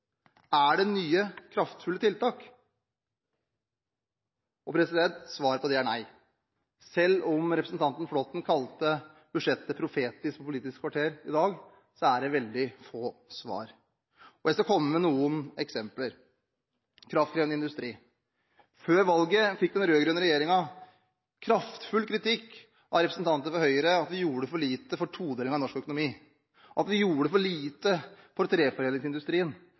Er det nye, kraftfulle tiltak? Svaret på det er nei. Selv om representanten Flåtten kalte budsjettet profetisk i Politisk kvarter i dag, er det veldig få svar. Jeg skal komme med noen eksempler. Først til kraftkrevende industri. Før valget fikk den rød-grønne regjeringen kraftfull kritikk av representanter for Høyre for at vi gjorde for lite for todelingen av norsk økonomi, for at vi gjorde for lite for